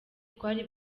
twari